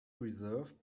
reversed